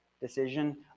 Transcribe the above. decision